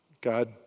God